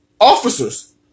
officers